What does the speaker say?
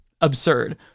absurd